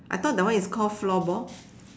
I thought that one is called floorball